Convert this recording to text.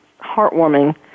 heartwarming